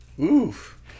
Oof